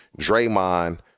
Draymond